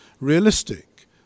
realistic